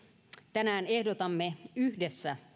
tänään ehdotamme yhdessä